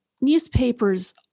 newspapers